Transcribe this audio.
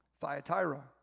Thyatira